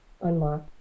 unlock